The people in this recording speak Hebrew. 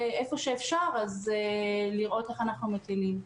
והיכן שאפשר לראות איך אנחנו מפעילים.